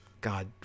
god